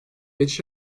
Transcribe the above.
geçiş